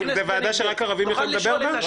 אז זו ועדה שרק ערבים יכולים לדבר בה?